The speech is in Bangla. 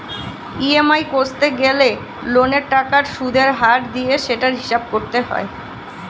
ই.এম.আই কষতে গেলে লোনের টাকার সুদের হার দিয়ে সেটার হিসাব করতে হয়